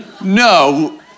No